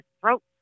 throat